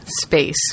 space